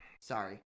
Sorry